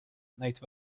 nate